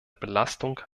belastung